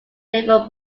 river